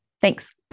Thanks